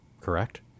correct